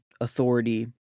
authority